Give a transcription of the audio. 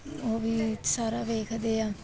ਉਹ ਵੀ ਸਾਰਾ ਵੇਖਦੇ ਆ